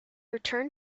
return